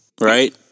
right